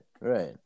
right